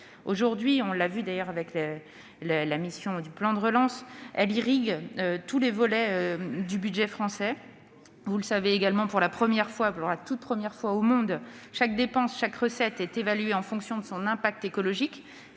Aujourd'hui- on l'a vu avec la mission « Plan de relance »-, elle irrigue tous les volets du budget français. Vous le savez également : pour la toute première fois au monde, chaque dépense, chaque recette, est évaluée en fonction de son impact écologique.